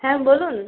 হ্যাঁ বলুন